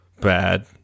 bad